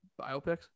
Biopics